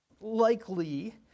likely